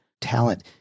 talent